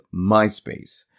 MySpace